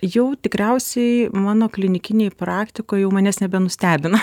jau tikriausiai mano klinikinėj praktikoj jau manęs nebenustebina